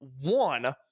one